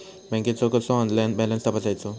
बँकेचो कसो online balance तपासायचो?